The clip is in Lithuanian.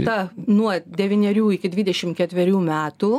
ta nuo devynerių iki dvidešim ketverių metų